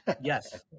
Yes